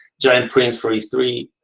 giant prints for you three,